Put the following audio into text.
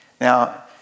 Now